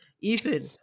Ethan